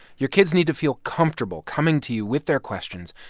your kids need to feel comfortable coming to you with their questions,